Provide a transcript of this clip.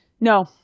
No